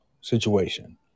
situation